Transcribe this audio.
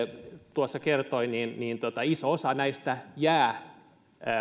tuossa kertoi niin iso osa näistä jää